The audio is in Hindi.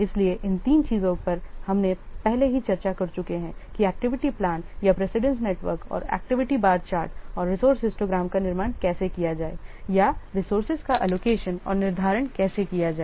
इसलिए इन तीन चीजों पर हम पहले ही चर्चा कर चुके हैं कि एक्टिविटी प्लान या प्रेसिडेंस नेटवर्क और एक्टिविटी बार चार्ट और रिसोर्से हिस्टोग्राम का निर्माण कैसे किया जाए या रिसोर्सेज का एलोकेशन और निर्धारण कैसे किया जाए